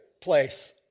place